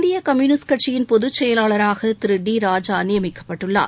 இந்திய கம்யூனிஸ்ட் கட்சியின் பொதுச் செயவாளராக திரு டி ராஜா நியமிக்கப்பட்டுள்ளார்